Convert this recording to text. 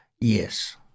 Yes